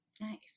Nice